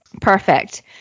Perfect